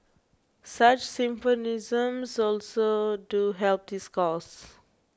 such symposiums also do help this cause